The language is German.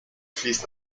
fließt